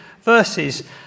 verses